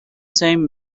same